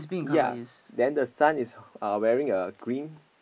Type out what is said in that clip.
ya then the son is uh wearing a green